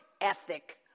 ethic